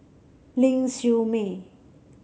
Ling Siew May